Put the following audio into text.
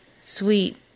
sweet